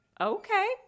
okay